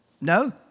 No